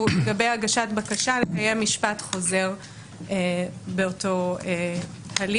לגבי הגשת בקשה לקיים משפט חוזר באותו הליך,